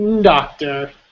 Doctor